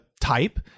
type